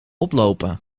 oplopen